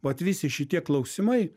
vat visi šitie klausimai